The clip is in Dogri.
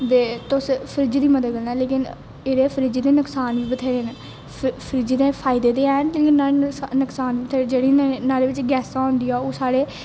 दे तुस फ्रिज दी मदद कन्नै लेकिन एहदे च फ्रिज दे नुक्सान बी बथेरे ना फ्रीज दे फायदे हैन इन्ना नुक्सान बी बथेरे जेहड़े न्हाड़े च गैसां होंदियां ओह् साढ़े